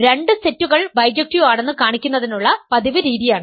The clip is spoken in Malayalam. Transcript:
രണ്ട് സെറ്റുകൾ ബൈജക്ടീവ് ആണെന്ന് കാണിക്കുന്നതിനുള്ള പതിവ് രീതിയാണിത്